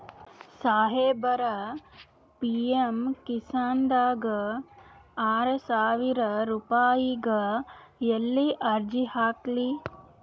ಸಾಹೇಬರ, ಪಿ.ಎಮ್ ಕಿಸಾನ್ ದಾಗ ಆರಸಾವಿರ ರುಪಾಯಿಗ ಎಲ್ಲಿ ಅರ್ಜಿ ಹಾಕ್ಲಿ?